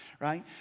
right